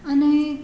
અને